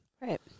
Right